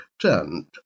turned